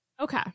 Okay